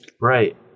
right